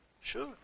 sure